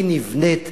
היא נבנית,